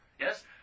yes